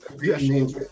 Yes